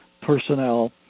personnel